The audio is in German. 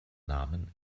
namen